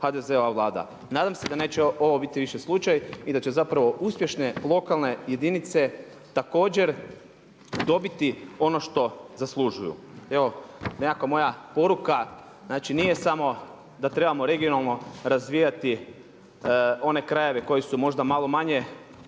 HDZ-ova vlada. Nadam se da neće ovo biti više slučaj i da će uspješne lokalne jedinice također dobiti ono što zaslužuju. Evo nekakva moja poruka, znači nije samo da trebamo regionalno razvijati one krajeve koji su možda malo manje